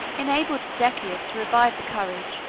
enabled decius to revive the courage,